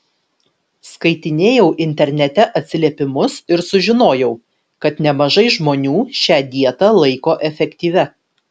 skaitinėjau internete atsiliepimus ir sužinojau kad nemažai žmonių šią dietą laiko efektyvia